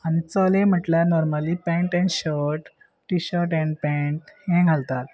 आनी चले म्हटल्यार normally pant and shirt T shirt and pant हे घालतात